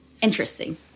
interesting